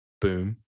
Boom